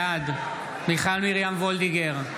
בעד מיכל מרים וולדיגר,